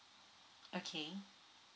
okay